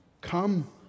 come